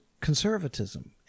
conservatism